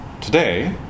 today